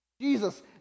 Jesus